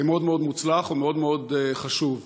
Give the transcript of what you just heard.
מאוד מאוד מוצלח ומאוד מאוד חשוב.